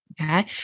Okay